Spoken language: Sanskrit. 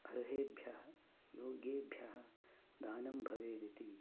अर्हेभ्यः योगेभ्यः दानं भवेदिति